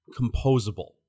composable